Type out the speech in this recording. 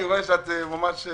אני רואה שאת --- שמה?